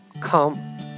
come